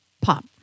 Pop